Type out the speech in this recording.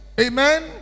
Amen